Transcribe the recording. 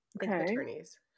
attorneys